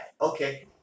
Okay